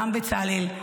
גם בצלאל,